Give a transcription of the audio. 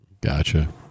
Gotcha